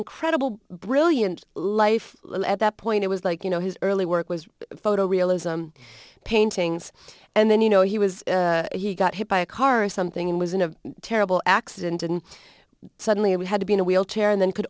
incredible brilliant life at that point it was like you know his early work was photorealism paintings and then you know he was he got hit by a car or something and was in a terrible accident and suddenly we had to be in a wheelchair and then could